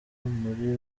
muri